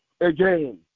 again